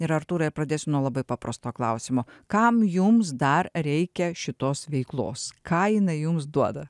ir artūrai pradėsiu nuo labai paprasto klausimo kam jums dar reikia šitos veiklos ką jinai jums duoda